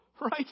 Right